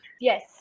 Yes